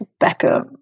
Beckham